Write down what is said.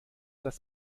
das